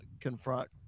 confront